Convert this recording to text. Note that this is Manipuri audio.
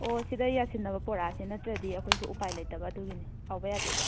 ꯑꯣ ꯁꯤꯗ ꯌꯥꯁꯤꯟꯅꯕ ꯄꯨꯔꯛ ꯑꯁꯤ ꯅꯠꯇ꯭ꯔꯗꯤ ꯑꯩꯈꯣꯏꯁꯨ ꯎꯄꯥꯏ ꯂꯩꯇꯕ ꯑꯗꯨꯒꯤꯅꯤ ꯁꯥꯎꯕ ꯌꯥꯗꯦꯀꯣ